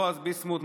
בועז ביסמוט,